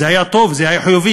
זה היה טוב, זה היה חיובי.